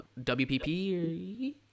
WPP